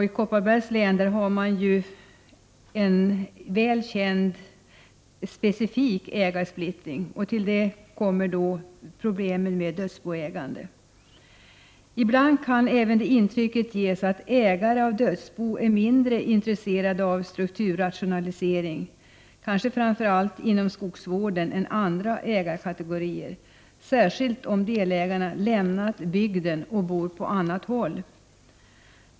I Kopparbergs län har man en väl känd, specifik ägarsplittring. Till det kommer problemen med dödsboägande. Ibland kan även det intrycket ges, att ägare av dödsbo är mindre intresserade av strukturrationalisering — kanske framför allt inom skogsvården — än andra ägarkategorier, särskilt om delägarna lämnat bygden och bor på annat håll.